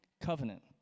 Covenant